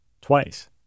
Twice